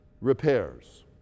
repairs